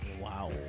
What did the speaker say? Wow